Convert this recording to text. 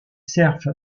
serfs